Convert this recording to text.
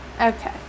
Okay